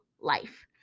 life